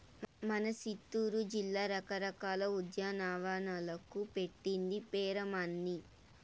మన సిత్తూరు జిల్లా రకరకాల ఉద్యానవనాలకు పెట్టింది పేరమ్మన్నీ